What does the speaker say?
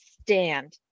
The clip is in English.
stand